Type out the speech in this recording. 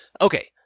Okay